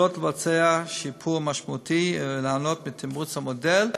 יכולות לבצע שיפור משמעותי וליהנות מתמרוץ המודל,